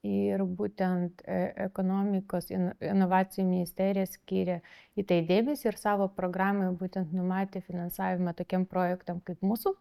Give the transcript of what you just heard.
ir būtent ekonomikos in inovacijų ministerija skyrė į tai dėmesį ir savo programoj būtent numatė finansavimą tokiem projektam kaip mūsų